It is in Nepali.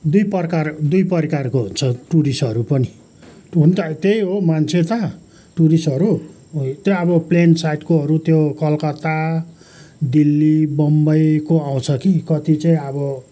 दुई प्रकार दुई प्रकारको हुन्छ टुरिस्टहरू पनि हुनु त त्यही हो मान्छे त टुरिस्टहरू त्यो अब प्लेन साइडकोहरू त्यो कलकत्ता दिल्ली बम्बईको आउँछ कि कति चाहिँ अब